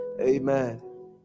amen